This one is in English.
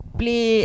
play